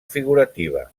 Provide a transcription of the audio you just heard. figurativa